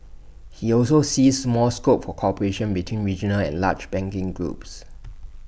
he also sees more scope for cooperation between regional and large banking groups